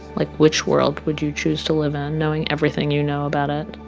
like which world would you choose to live in knowing everything you know about it?